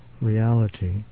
reality